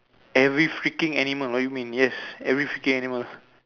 every freaking animal what you mean yes every freaking animal